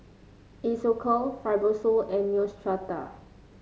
Isocal Fibrosol and Neostrata